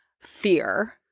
fear